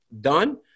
done